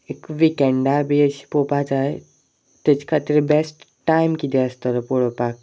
एक विकेंडा बी अश पळोवपा जाय तेजे खातीर बेस्ट टायम कितें आसतलो पळोवपाक